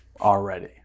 already